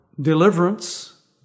deliverance